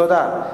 תודה.